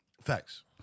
Facts